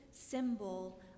symbol